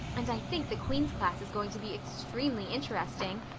and i think the queen's class is going to be extremely interesting.